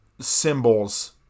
symbols